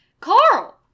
Carl